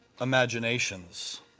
imaginations